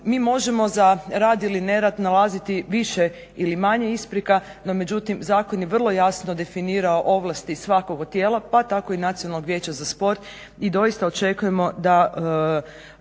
Mi možemo za rad ili nerad nalaziti više ili manje isprika, no međutim zakon je vrlo jasno definirao svakog od tijela pa tako i Nacionalnog vijeća za sport i doista očekujemo da